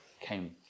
came